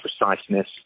preciseness